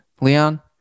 Leon